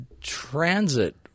transit